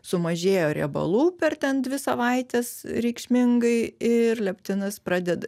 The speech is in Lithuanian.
sumažėjo riebalų per ten dvi savaites reikšmingai ir leptinas pradeda